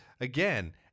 again